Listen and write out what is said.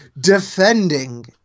Defending